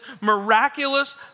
miraculous